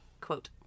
quote